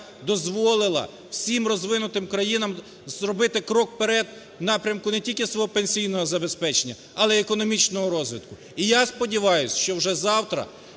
дозволила всім розвинутим країнам зробити крок вперед в напрямку не тільки свого пенсійного забезпечення, але й економічного розвитку. І я сподіваюсь, що вже завтра